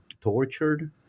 tortured